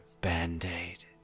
band-aid